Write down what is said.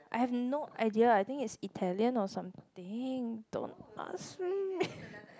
I have no idea I think it's Italian or something don't ask me